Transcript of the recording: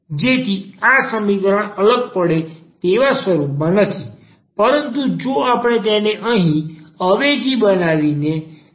જેથી આ સમીકરણ અલગ પડે તેવા સ્વરૂપમાં નથી પરંતુ જો આપણે તેને અહીં અવેજી બનાવીએ છે